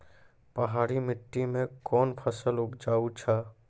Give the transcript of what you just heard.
पहाड़ी मिट्टी मैं कौन फसल उपजाऊ छ?